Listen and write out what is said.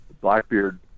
Blackbeard